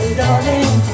darling